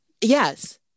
Yes